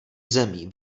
zemí